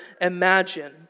imagine